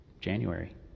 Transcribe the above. January